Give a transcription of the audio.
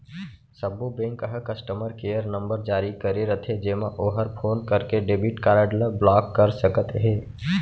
सब्बो बेंक ह customer care number जारी करे रथे जेमा ओहर फोन करके डेबिट कारड ल ब्लाक कर सकत हे